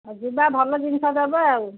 ଆଉ ଯିବା ଭଲ ଜିନିଷ ଦେବେ ଆଉ